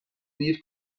bill